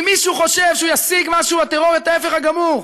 אם מישהו חושב שהוא ישיג משהו בטרור, ההפך הגמור.